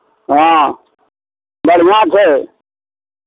हँ बढ़िआँ छै